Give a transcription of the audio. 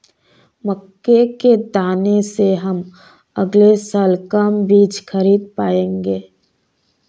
मक्के के दाने से हम अगले साल कम बीज खरीद पाएंगे